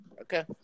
Okay